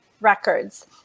records